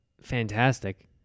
fantastic